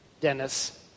Dennis